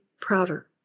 prouder